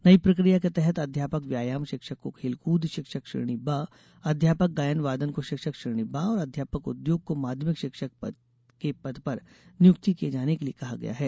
नई प्रक्रिया के तहत अध्यापक व्यायाम शिक्षक को खेलकृद शिक्षक श्रेणी ब अध्यापक गायन वादन को शिक्षक श्रेणी ब और अध्यापक उद्योग को माध्यमिक शिक्षक के पद पर नियुक्त किये जाने के लिये कहा गया है